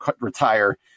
retire